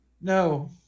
No